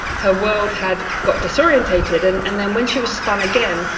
her world had got disorientated, and and then when she was spun again,